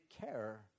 care